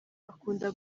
akunda